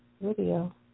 video